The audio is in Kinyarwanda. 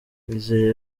nizeye